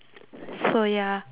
so ya